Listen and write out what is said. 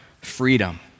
freedom